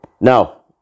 Now